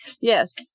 Yes